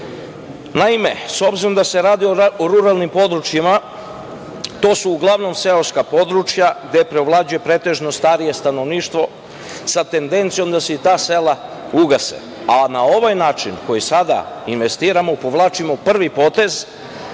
umrlih. Naime, s obzirom da se radi o ruralnim područjima, to su uglavnom seoska područja gde preovlađuje pretežno starije stanovništvo, sa tendencijom da se i ta sela ugase, a na ovaj način koji sada investiramo, povlačimo prvi potez